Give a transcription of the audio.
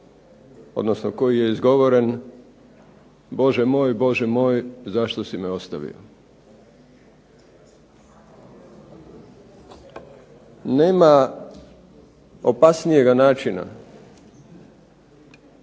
odnosno koji je izgovoren "Bože moj, Bože moj, zašto si me ostavio". Nema opasnijega načina